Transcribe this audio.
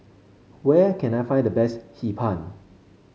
where can I find the best Hee Pan